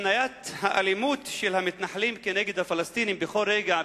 הפניית האלימות של המתנחלים כנגד הפלסטינים בכל רגע,